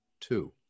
two